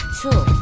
two